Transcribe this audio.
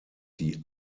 die